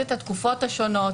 את התקופות השונות,